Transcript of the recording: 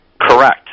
Correct